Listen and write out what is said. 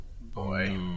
boy